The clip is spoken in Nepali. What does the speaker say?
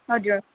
हजुर